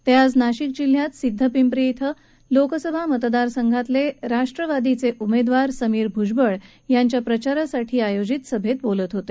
ते आज नाशिक जिल्ह्यात सिध्दपिंप्री ध्वें नाशिक लोकसभा मतदार संघातले राष्टवादी काँप्रेसचे उमेदवार समीर भुजबळ यांच्या प्रचारासाठी आयोजित सभेत बोलत होते